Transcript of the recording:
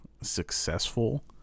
successful